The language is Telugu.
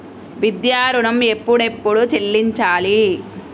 విద్యా ఋణం ఎప్పుడెప్పుడు చెల్లించాలి?